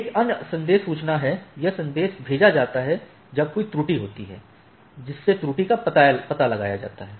एक अन्य संदेश सूचना है यह संदेश भेजा जाता है जब कोई त्रुटि होती है जिससे त्रुटि का पता लगाया जाता है